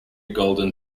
golden